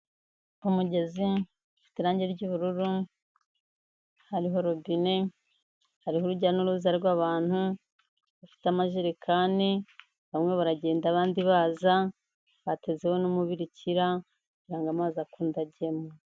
Umugezi ufite irange ry'ubururu, hariho robine, hariho urujya n'uruza rw'abantu, bafite amajerekani, bamwe baragenda abandi baza batezeho n'umubirikira kugira ngo amazi akunde agemo.